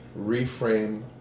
reframe